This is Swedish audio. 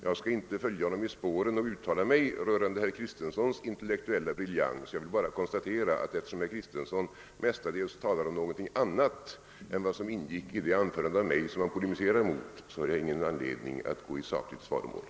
Jag skall inte följa honom i spåren och uttala mig rörande herr Kristensons intellektuella briljans utan vill bara konstatera, att eftersom herr Kristenson mestadels polemiserade mot någonting annat än jag sagt har jag ingen anledning att ingå i sakligt svaromål.